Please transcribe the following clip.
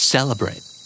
Celebrate